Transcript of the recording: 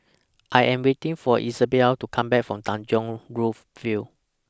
I Am waiting For Isabell to Come Back from Tanjong Rhu View